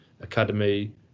academy